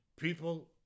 people